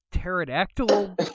pterodactyl